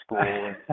school